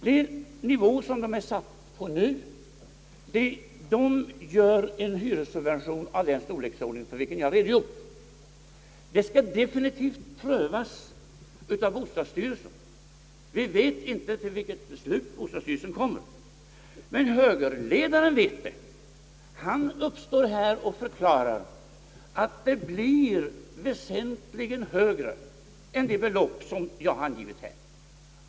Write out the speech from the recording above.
Den nivå, till vilken hyrorna nu har bestämts, ger en hyressubvention av den storleksordning för vilken jag har redogjort. Hyrorna skall definitivt prövas av bostadsstyrelsen. Vi vet inte till vilket beslut bostadsstyrelsen kommer. Men högerledaren vet det. Han står här i talarstolen och förklarar att subventionen blir väsentligt högre än det belopp som jag angett.